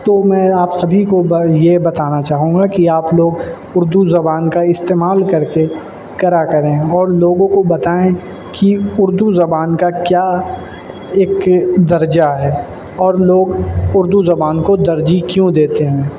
تو میں آپ سبھی کو یہ بتانا چاہوں گا کہ آپ لوگ اردو زبان کا استعمال کر کے کرا کریں اور لوگوں کو بتائیں کہ اردو زبان کا کیا ایک درجہ ہے اور لوگ اردو زبان کو ترجیح کیوں دیتے ہیں